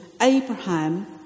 Abraham